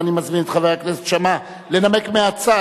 ואני מזמין את חבר הכנסת שאמה לנמק מהצד